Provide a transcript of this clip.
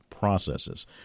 processes